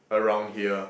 around here